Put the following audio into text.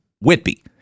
Whitby